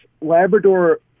Labrador